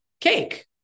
cake